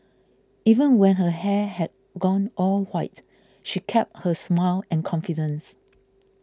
even when her hair had gone all white she kept her smile and confidence